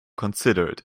considered